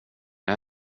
jag